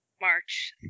March